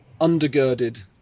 undergirded